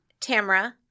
Tamra –